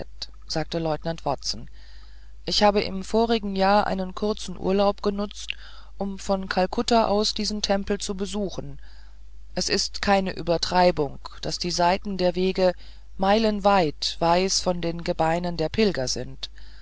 sagte leutnant watson ich habe im vorigen jahr einen kurzen urlaub benutzt um von kalkutta aus diesen tempel zu besuchen und es ist keine übertreibung daß die seiten der wege meilenweit weiß von den gebeinen der pilger sind